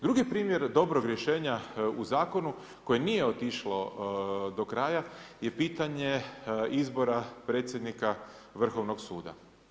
Drugi primjer dobrog rješenja u zakonu koje nije otišlo do kraja je pitanje izbora predsjednika Vrhovnog suda.